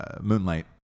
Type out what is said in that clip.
Moonlight